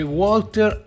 walter